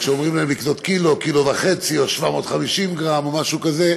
כשאומרים להם לקנות קילו או 1.5 קילו או 750 גרם או משהו כזה,